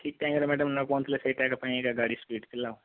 ଠିକ ଟାଇମରେ ମ୍ୟାଡାମ ନ ପହଞ୍ଚିଲେ ସେଇଟା ଏକା ପାଇଁ ଗାଡ଼ି ସ୍ପୀଡ଼ ଥିଲା